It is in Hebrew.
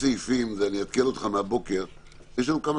אני אעדכן אותך מהבוקר: יש לנו כמה